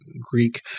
Greek